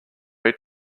eat